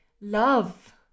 love